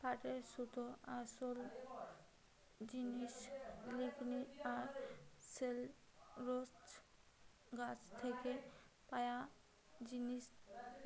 পাটের সুতোর আসোল জিনিস লিগনিন আর সেলুলোজ গাছ থিকে পায়া জিনিস